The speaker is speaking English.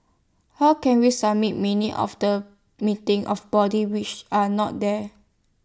how can we submit minutes of the meeting of bodies which are not there